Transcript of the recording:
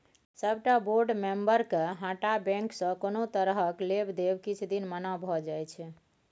सबटा बोर्ड मेंबरके हटा बैंकसँ कोनो तरहक लेब देब किछ दिन मना भए जाइ छै